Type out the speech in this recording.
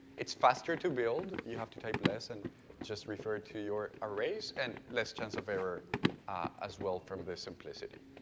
it is faster to build. you have to type less and refer to your arrays and less chance of error as well from the simplicity.